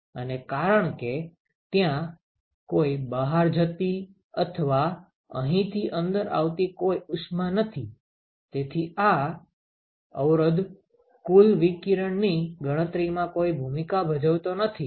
અને કારણ કે ત્યાં કોઈ બહાર જતી અથવા અહીંથી અંદર આવતી કોઈ ઉષ્મા નથી તેથી આ અવરોધ કુલ વિકિરણની ગણતરીમાં કોઈ ભૂમિકા ભજવતો નથી